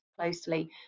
closely